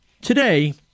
Today